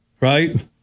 right